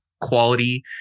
quality